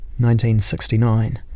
1969